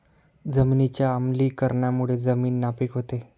जमिनीच्या आम्लीकरणामुळे जमीन नापीक होते